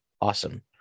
awesome